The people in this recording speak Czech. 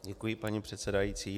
Děkuji, paní předsedající.